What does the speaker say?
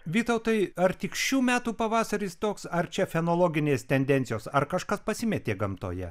vytautai ar tik šių metų pavasaris toks ar čia fenologinės tendencijos ar kažkas pasimetė gamtoje